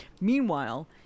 Meanwhile